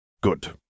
Good